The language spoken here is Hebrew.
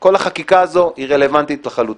כל החקיקה הזו היא רלוונטית לחלוטין.